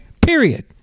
period